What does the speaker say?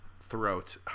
Throat